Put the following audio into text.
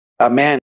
Amen